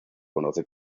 conoce